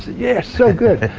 yes, so good.